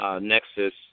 nexus